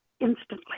instantly